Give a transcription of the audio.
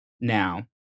Now